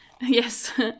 Yes